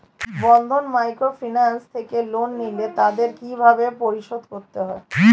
বন্ধন microfinance থেকে loan নিলে তাদের কিভাবে পরিশোধ করতে হয়?